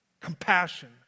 compassion